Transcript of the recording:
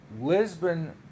Lisbon